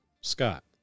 Scott